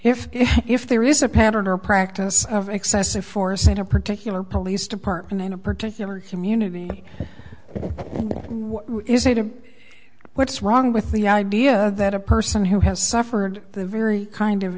if if there is a pattern or practice of excessive force in a particular police department in a particular community say to what's wrong with the idea that a person who has suffered the very kind of